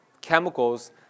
chemicals